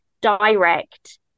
direct